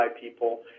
people